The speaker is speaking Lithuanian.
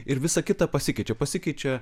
ir visa kita pasikeičia pasikeičia